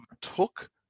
took